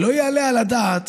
לא יעלה על הדעת